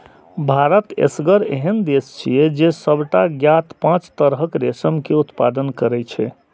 भारत एसगर एहन देश छियै, जे सबटा ज्ञात पांच तरहक रेशम के उत्पादन करै छै